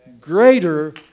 greater